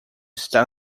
está